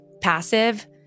passive